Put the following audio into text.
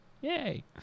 Yay